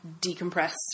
decompress